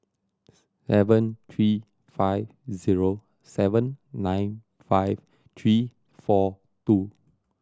seven three five zero seven nine five three four two